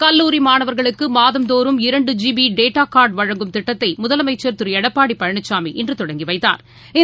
கல்லூரி மாணவர்களுக்கு மாதந்தோறும் இரண்டு ஜி பி டேட்டா கார்டு வழங்கும் திட்டத்தை முதலமைச்ச் திரு எடப்பாடி பழனிசாமி இன்று தொடங்கி வைத்தாா்